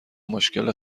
مشکل